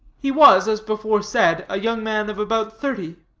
he was, as before said, a young man of about thirty.